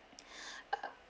uh